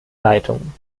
leitung